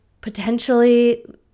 potentially